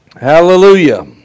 Hallelujah